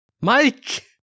Mike